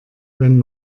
wenn